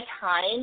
time